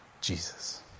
Jesus